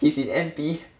he's in N_P